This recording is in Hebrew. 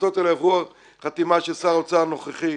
ההחלטות האלה עברו חתימה של שר האוצר הנוכחי,